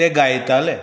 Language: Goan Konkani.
ते गायताले